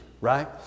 right